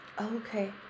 Okay